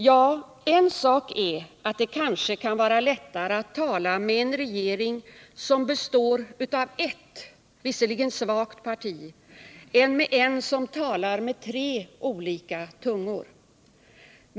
Ja, en sak är att det kanske kan vara lättare att tala med en regering bestående av ett, visserligen svagt, parti än med en som talar med tre olika tungor.